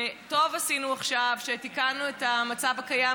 וטוב עשינו עכשיו שתיקנו את המצב הקיים